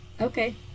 okay